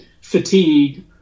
fatigue